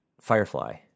Firefly